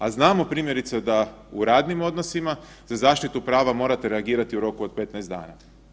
A znamo primjerice da u radnim odnosima za zaštitu prava morate reagirati u roku 15 dana.